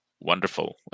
Wonderful